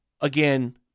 again